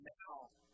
now